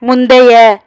முந்தைய